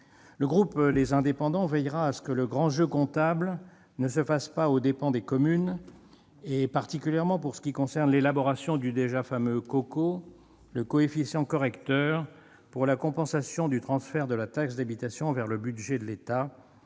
Le groupe Les Indépendants veillera à ce que le grand jeu comptable ne se fasse pas aux dépens des communes, particulièrement pour ce qui concerne l'élaboration du déjà fameux « coco », le coefficient correcteur pour la compensation du transfert de la taxe d'habitation au budget de l'État.